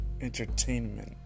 entertainment